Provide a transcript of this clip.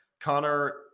Connor